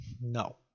No